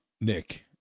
Nick